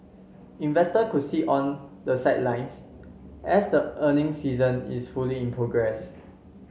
investors could sit on the sidelines as the earnings season is fully in progress